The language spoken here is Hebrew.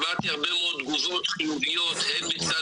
שמעתי הרבה מאוד תגובות חיוביות הן מצד